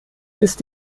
ist